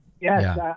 Yes